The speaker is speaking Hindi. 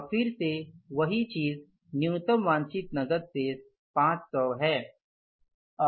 अब फिर से वही चीज़ न्यूनतम वांछित नकद शेष 5000 है